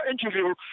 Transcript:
interview